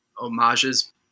homages